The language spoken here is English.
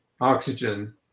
oxygen